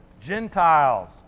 Gentiles